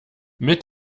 mit